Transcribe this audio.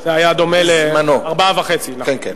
כן, זה היה דומה ל-4.5, נכון.